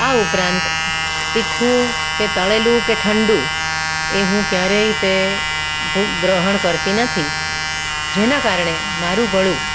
આ ઉપરાંત તીખું કે તળેલું કે ઠંડુ એ હું ક્યારેય તે ગ્રહણ કરતી નથી જેના કારણે મારું ગળું